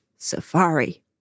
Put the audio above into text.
safari